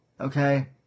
okay